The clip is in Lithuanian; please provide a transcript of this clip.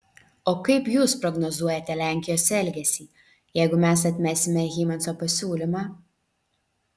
o kaip jūs prognozuojate lenkijos elgesį jeigu mes atmesime hymanso pasiūlymą